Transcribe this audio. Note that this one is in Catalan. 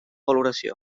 valoració